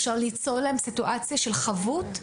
ואפשר ליצור להן סיטואציה של חבות.